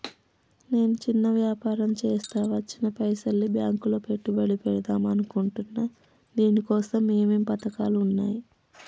నేను చిన్న వ్యాపారం చేస్తా వచ్చిన పైసల్ని బ్యాంకులో పెట్టుబడి పెడదాం అనుకుంటున్నా దీనికోసం ఏమేం పథకాలు ఉన్నాయ్?